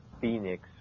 Phoenix